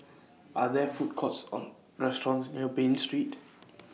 Are There Food Courts Or restaurants near Bain Street